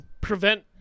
prevent